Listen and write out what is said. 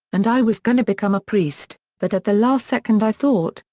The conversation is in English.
and i was gonna become a priest, but at the last second i thought,